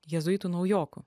jėzuitų naujoku